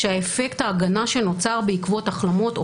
שאפקט ההגנה שנוצר בעקבות החלמות או